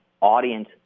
audience